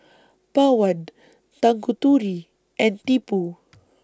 Pawan Tanguturi and Tipu